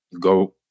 go